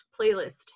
playlist